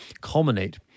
culminate